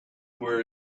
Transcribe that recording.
were